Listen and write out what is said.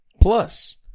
Plus